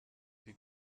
die